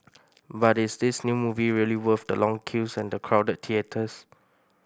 but is this new movie really worth the long queues and the crowded theatres